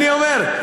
אני אומר,